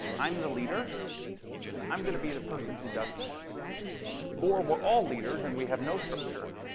i'm the leader and i'm going to be the person who does this or we're all leaders and we have no structure